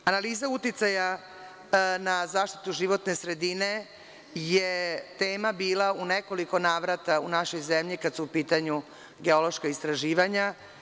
Analiza uticaja na zaštitu životne sredine je tema bila u nekoliko navrata u našoj zemlji, kada su u pitanju geološka istraživanja.